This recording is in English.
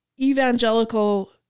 evangelical